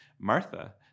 Martha